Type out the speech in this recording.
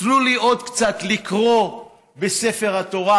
תנו לי עוד קצת לקרוא בספר התורה,